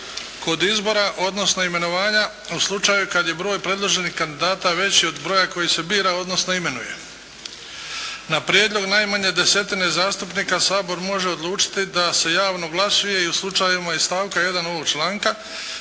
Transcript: kod izbora odnosno imenovanja u slučaju kad je broj predloženih kandidata veći od broja koji se bira odnosno imenuje. Na prijedlog najmanje desetine zastupnika Sabor može odlučiti da se javno glasuje i u slučajevima iz stavka 1. ovog članka